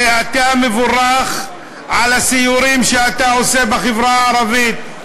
אתה מבורך על הסיורים שאתה עושה בחברה הערבית,